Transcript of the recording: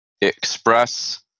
express